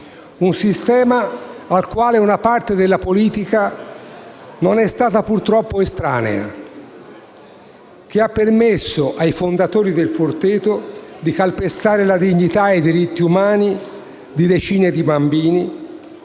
Un sistema, al quale una parte della politica non è stata purtroppo estranea, che ha permesso ai fondatori del Forteto di calpestare la dignità e i diritti umani di decine di bambini,